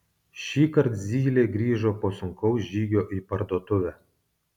šįkart zylė grįžo po sunkaus žygio į parduotuvę